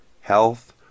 health